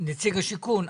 ונציג השיכון.